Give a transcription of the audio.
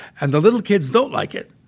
and the little kids don't like it,